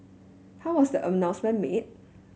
how was the announcement made